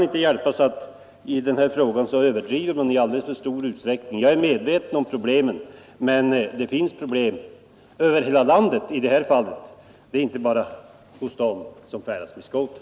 Det förekommer stora överdrifter i diskussionen om denna fråga. Jag är medveten om problemen, men de finns över hela landet och gäller inte bara dem som färdas med skoter.